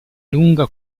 lunga